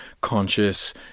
conscious